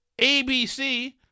ABC